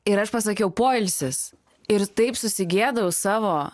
ir aš pasakiau poilsis ir taip susigėdau savo